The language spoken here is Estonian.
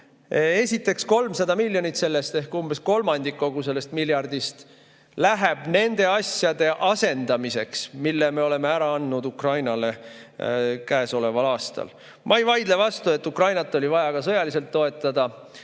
Esiteks, 300 miljonit sellest ehk umbes kolmandik kogu sellest miljardist läheb nende asjade asendamiseks, mille me oleme käesoleval aastal ära andnud Ukrainale. Ma ei vaidle vastu, et Ukrainat oli vaja ka sõjaliselt toetada